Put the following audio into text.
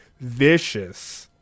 vicious